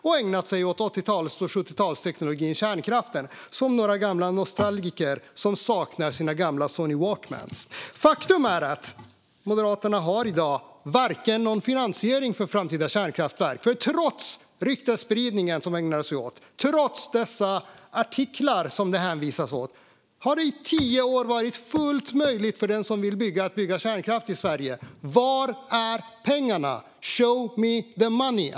De ägnar sig åt 70 och 80-talsteknologin kärnkraft som några gamla nostalgiker som saknar sina gamla Sony Walkman. Faktum är att Moderaterna i dag inte har någon finansiering av framtida kärnkraftverk. Trots ryktesspridningen som de ägnar sig åt och trots artiklarna som de hänvisar till har det i tio år varit fullt möjligt för den som vill att bygga kärnkraft i Sverige. Var är pengarna? Show me the money!